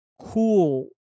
cool